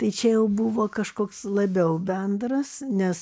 tai čia jau buvo kažkoks labiau bendras nes